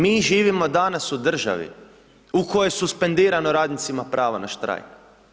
Mi živimo danas u državi, u kojoj je suspendirano radnicima pravo na štrajk.